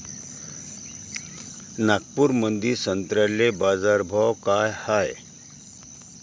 नागपुरामंदी संत्र्याले बाजारभाव काय हाय?